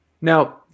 Now –